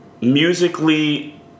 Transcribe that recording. musically